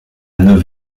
neuf